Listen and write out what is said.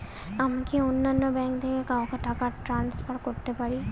আমি কি অন্য ব্যাঙ্ক থেকে কাউকে টাকা ট্রান্সফার করতে পারি?